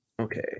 Okay